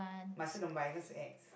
but I still don't buy cause it's ex